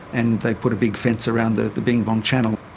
and they put a big fence around the the bing bong channel.